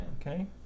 Okay